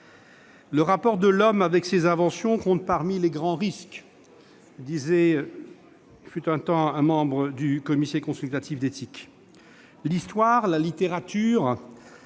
Le rapport de l'homme avec ses inventions compte parmi les grands risques », disait, il fut un temps, un membre du Comité consultatif national d'éthique. L'histoire, la littérature,